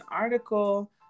article